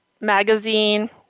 magazine